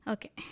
Okay